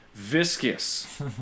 Viscous